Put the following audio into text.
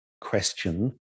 question